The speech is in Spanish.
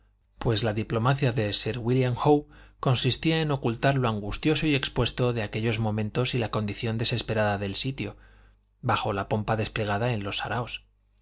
pues la diplomacia de sir wílliam howe consistía en ocultar lo angustioso y expuesto de aquellos momentos y la condición desesperada del sitio bajo la pompa desplegada en los saraos